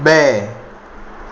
બે